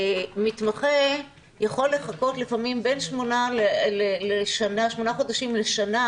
מתמחה יכול לחכות לפעמים בין שמונה חודשים לשנה